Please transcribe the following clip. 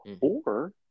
or-